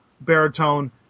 baritone